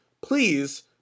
please